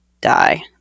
die